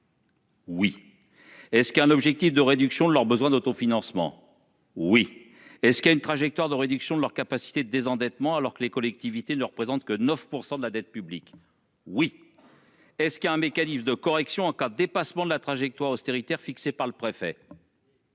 Oui est-ce qu'un objectif de réduction de leurs besoins d'auto-financement. Oui et ce qui a une trajectoire de réduction de leur capacité de désendettement. Alors que les collectivités ne représentent que 9% de la dette publique. Oui. Et ce qui est un mécanisme de correction en cas de dépassement de la trajectoire austérité fixé par le préfet.--